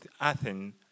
Athens